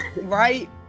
Right